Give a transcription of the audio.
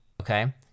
okay